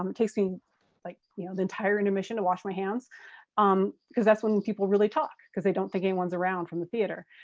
um takes me like you know the entire intermission to wash my hands um because that's when when people really talk because they don't think anyone's around from the theater.